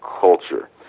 culture